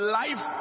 life